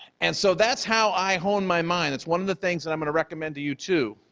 and so that's how i hone my mind. that's one of the things that i'm going to recommend to you, too,